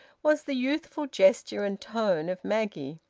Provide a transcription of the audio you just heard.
was the youthful gesture and tone of maggie.